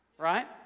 right